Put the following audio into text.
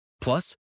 Plus